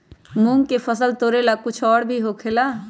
मूंग के फसल तोरेला कुछ और भी होखेला?